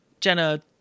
Jenna